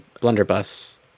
Blunderbuss